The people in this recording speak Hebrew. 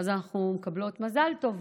ואז אנחנו מקבלות "מזל טוב",